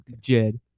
Jed